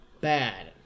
bad